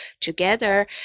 together